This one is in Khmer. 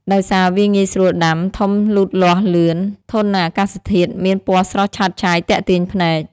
ដោយសារវាងាយស្រួលដាំ ធំលូតលាស់លឿន ធន់នឹងអាកាសធាតុមាន ពណ៌ស្រស់ឆើតឆាយទាក់ទាញភ្នែក។